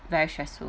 very stressful